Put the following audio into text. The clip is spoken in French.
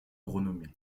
renommée